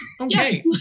Okay